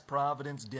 Providence